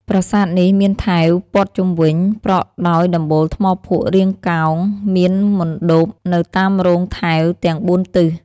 ប្រាសាទនេះមានថែវព័ទ្ធជុំវិញ ប្រក់ដោយដំបូលថ្មភក់រាងកោង មានមណ្ឌបនៅតាមរោងថែវទាំង ៤ ទិស។